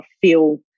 feel